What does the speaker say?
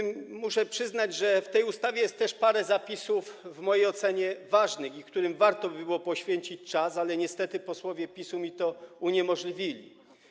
Muszę przyznać, że w tej ustawie jest też parę zapisów w mojej ocenie ważnych, którym warto by było poświęcić czas, ale niestety posłowie PiS-u mi to uniemożliwili.